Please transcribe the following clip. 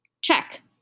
Check